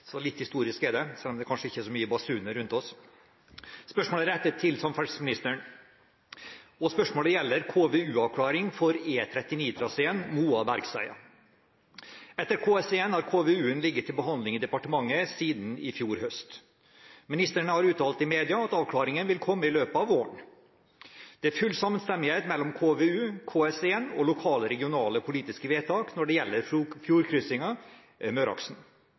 selv om det kanskje ikke er så mange basuner rundt oss. Spørsmålet er rettet til samferdselsministeren: «Spørsmålet gjelder KVU-avklaring for E39-traseen Moa–Bergsøya. Etter KS1 har KVU-en ligget til behandling i Samferdselsdepartementet siden i fjor høst. Statsråden har uttalt i media at avklaringen ville komme i løpet av våren. Det er full samstemmighet mellom KVU, KS1 og lokale/regionale politiske vedtak når det gjelder